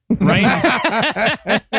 right